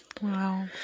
Wow